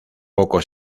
poco